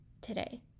today